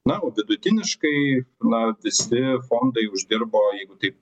na o vidutiniškai na visi fondai uždirbo jeigu taip